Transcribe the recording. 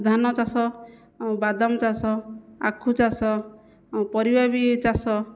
ଧାନଚାଷ ବାଦାମଚାଷ ଆଖୁଚାଷ ପରିବା ବି ଚାଷ